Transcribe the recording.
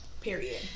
Period